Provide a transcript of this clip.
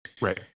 Right